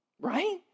right